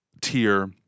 tier